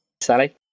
Sally